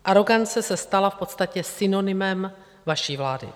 Arogance se stala v podstatě synonymem vaší vlády.